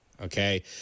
Okay